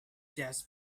jazz